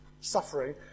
suffering